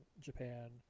Japan